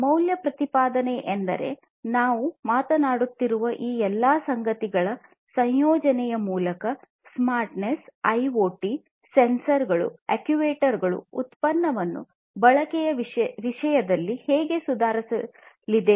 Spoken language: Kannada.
ಮೌಲ್ಯ ಪ್ರತಿಪಾದನೆ ಎಂದರೆ ನಾವು ಮಾತನಾಡುತ್ತಿರುವ ಈ ಎಲ್ಲ ಸಂಗತಿಗಳ ಸಂಯೋಜನೆಯ ಮೂಲಕ ಸ್ಮಾರ್ಟ್ನೆಸ್ ಐಒಟಿ ಸೆನ್ಸರ್ಗಳು ಅಕ್ಚುಯೇಟರ್ಗಳು ಉತ್ಪನ್ನವನ್ನು ಬಳಕೆಯ ವಿಷಯದಲ್ಲಿ ಹೇಗೆ ಸುಧಾರಿಸಲಿವೆ